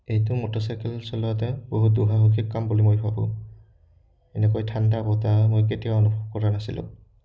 এইটো মটৰচাইকেল চলোৱাতে বহুত দুঃসাহসিক কাম বুলি মই ভাবোঁ এনেকৈ ঠাণ্ডা বতাহ মই কেতিয়াও অনুভৱ কৰা নাছিলোঁ